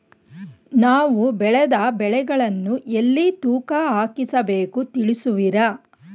ನಾವು ಬೆಳೆದ ಬೆಳೆಗಳನ್ನು ಎಲ್ಲಿ ತೂಕ ಹಾಕಿಸಬೇಕು ತಿಳಿಸುವಿರಾ?